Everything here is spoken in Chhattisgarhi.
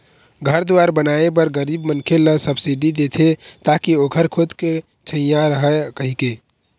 घर दुवार बनाए बर गरीब मनखे ल सब्सिडी देथे ताकि ओखर खुद के छइहाँ रहय कहिके